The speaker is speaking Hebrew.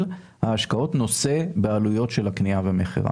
ההשקעות נושא בעלויות של הקנייה והמכירה,